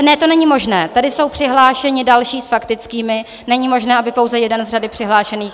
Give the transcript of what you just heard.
Ne, to není možné, tady jsou přihlášení další s faktickými, není možné, pouze jeden z přihlášených.